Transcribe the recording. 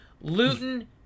Luton